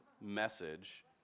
message